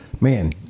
man